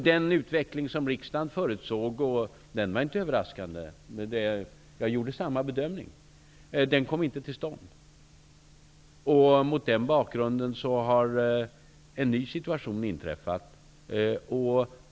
Den utveckling som riksdagen förutsåg -- den var inte överraskande, och jag gjorde själv samma bedömning -- kom inte till stånd. Mot den bakgrunden har en ny situation inträffat.